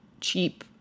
cheap